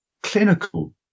clinical